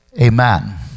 amen